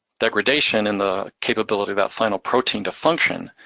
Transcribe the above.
degradation in the capability of that final protein to function,